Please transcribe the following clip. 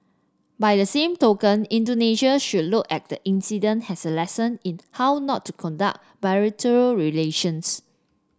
by the same token Indonesian should look at the incident has a lesson in how not to conduct bilateral relations